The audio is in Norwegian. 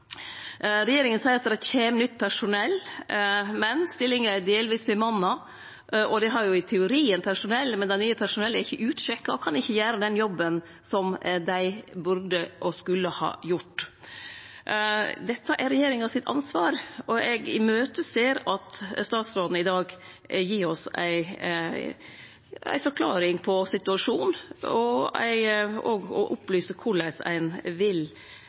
Regjeringa seier at det kjem nytt personell, men stillingar er berre delvis bemanna. Ein har i teorien personell, men det nye personellet er ikkje utsjekka og kan ikkje gjere den jobben som dei burde og skulle ha gjort. Dette er regjeringa sitt ansvar, og eg ser fram til at statsråden i dag gir oss ei forklaring på situasjonen og opplyser om korleis ein vil